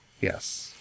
yes